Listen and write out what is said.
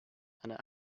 and